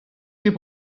ket